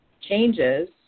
changes